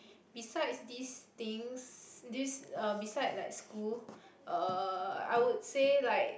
besides these things this uh beside like school uh I would say like